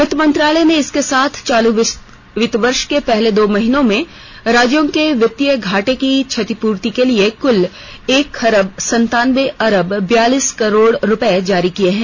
वित्त मंत्रालय ने इसके साथ चालू वित्त वर्ष के पहले दो महीनों में राज्यों के वित्तीय घाटे की क्षतिपूर्ति के लिए कल एक खरब सन्तानबे अरब बयालीस करोड़ रुपये जारी किए हैं